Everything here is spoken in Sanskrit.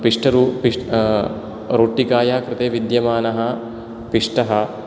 पिष्टरु पिश् रोट्टिकायाः कृते विद्यमानः पिष्टः